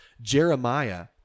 Jeremiah